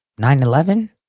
9-11